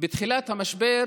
בתחילת המשבר